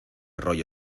rollo